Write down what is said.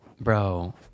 Bro